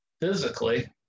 physically